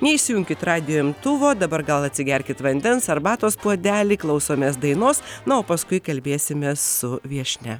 neišsijunkit radijo imtuvo dabar gal atsigerkit vandens arbatos puodelį klausomės dainos na o paskui kalbėsimės su viešnia